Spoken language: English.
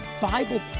Bible